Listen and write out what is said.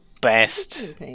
best